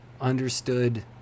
understood